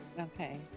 Okay